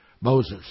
Moses